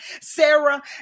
Sarah